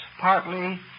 partly